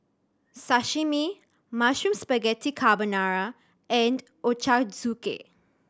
Sashimi Mushroom Spaghetti Carbonara and Ochazuke